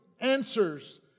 answers